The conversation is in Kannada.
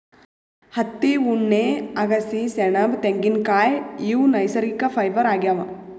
ಹತ್ತಿ ಉಣ್ಣೆ ಅಗಸಿ ಸೆಣಬ್ ತೆಂಗಿನ್ಕಾಯ್ ಇವ್ ನೈಸರ್ಗಿಕ್ ಫೈಬರ್ ಆಗ್ಯಾವ್